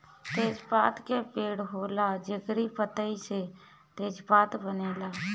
तेजपात के पेड़ होला जेकरी पतइ से तेजपात बनेला